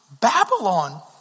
Babylon